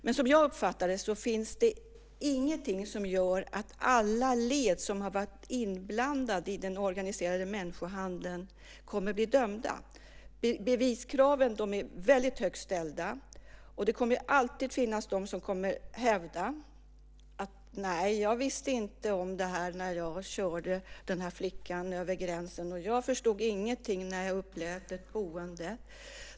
Men som jag uppfattar det finns det ingenting som gör att alla led som har varit inblandade i den organiserade människohandeln kommer att bli dömda. Beviskraven är väldigt högt ställda. Det kommer alltid att finnas de som kommer att hävda: Nej, jag visste inte om detta när jag körde den här flickan över gränsen. Jag förstod ingenting när jag upplät ett boende.